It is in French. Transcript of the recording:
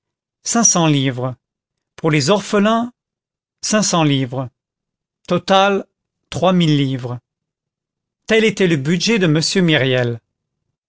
cents livres pour les orphelins cinq cents livres total trois mille livres tel était le budget de m myriel